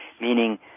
meaning